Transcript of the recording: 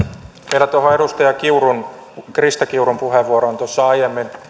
vielä tuohon edustaja krista kiurun puheenvuoroon tuossa aiemmin